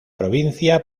provincia